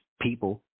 people